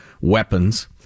weapons